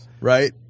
right